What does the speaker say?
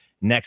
next